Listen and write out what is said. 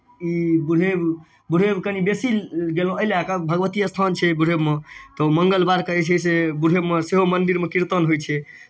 ई बुढ़ेब बुढ़ेब कनि बेसी गेलहुँ एहि लए कऽ भगवती स्थान छै बुढ़ेबमे तऽ मङ्गलवारके जे छै से बुढ़ेबमे सेहो मन्दिरमे कीर्तन होइ छै